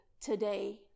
today